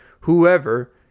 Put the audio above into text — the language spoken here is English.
whoever